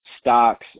stocks